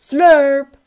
Slurp